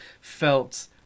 felt